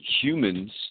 humans